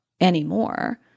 anymore